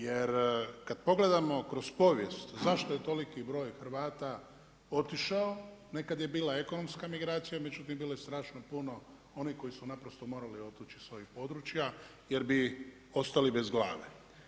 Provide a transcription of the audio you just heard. Jer kad pogledamo kroz povijest, zašto je toliki broj Hrvata otišao, nekada je bila ekonomska migracija, međutim bilo je strašno puno onih koji su naprosto morali otići iz svojih područja, jer bi ostali bez glave.